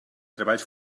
treballs